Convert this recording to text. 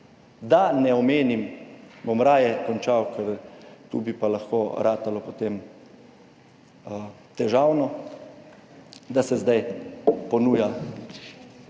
Da ne omenim, bom raje končal, ker tu bi pa lahko ratalo potem težavno, da se zdaj ponuja